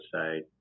say